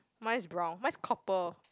mine is brown mine is copper